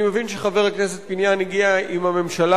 אני מבין שחבר הכנסת פיניאן הגיע עם הממשלה